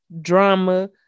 drama